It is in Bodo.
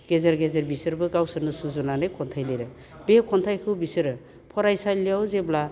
गेजेर गेजेर बिसोरबो गावसोरनो सुजुनानै खन्थाइ लिरो बे खन्थाइखौ बिसोरो फरायसालियाव जेब्ला